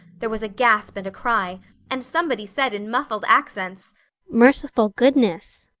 there was a gasp and a cry and somebody said in muffled accents merciful goodness!